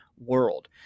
world